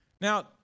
Now